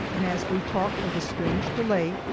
and as we talked of the strange delay,